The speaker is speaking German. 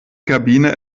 kabine